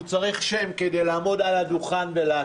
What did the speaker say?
הוא צריך שם כדי לעמוד על הדוכן ולהקריא.